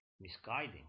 misguiding